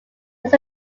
most